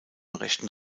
rechten